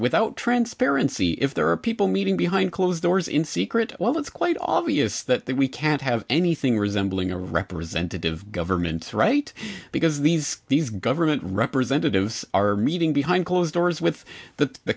without transparency if there are people meeting behind closed doors in secret while it's quite obvious that we can't have anything resembling a representative government right because these these government representatives are meeting behind closed doors with the the